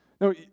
No